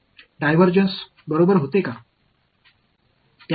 என்பதை அளவிடும் நான் விவரித்த வெளிப்பாடு அல்லது வால்யூம் என்ன